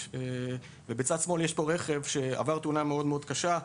או רכב שעבר תאונה מאוד קשה,